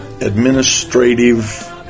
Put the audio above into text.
administrative